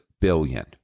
billion